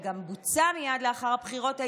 שגם בוצעה מייד לאחר הבחירות,